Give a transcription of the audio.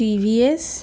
TVS